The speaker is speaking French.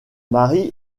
mari